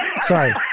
sorry